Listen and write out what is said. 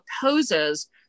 poses